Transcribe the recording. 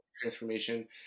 transformation